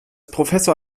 professor